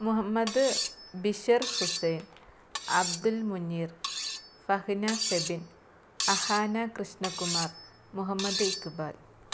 Muhammad Bishar Hussain Abdul Muneer Fahina Febin Ahana Krishna Kumar Muhammad Iqbal